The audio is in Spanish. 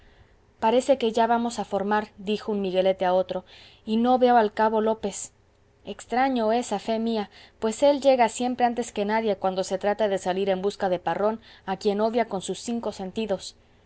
parece que ya vamos a formar dijo un miguelete a otro y no veo al cabo lópez extraño es a fe mía pues él llega siempre antes que nadie cuando se trata de salir en busca de parrón a quien odia con sus cinco sentidos